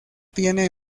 tiene